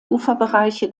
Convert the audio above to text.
uferbereiche